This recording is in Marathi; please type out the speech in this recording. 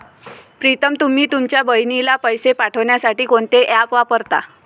प्रीतम तुम्ही तुमच्या बहिणीला पैसे पाठवण्यासाठी कोणते ऍप वापरता?